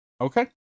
Okay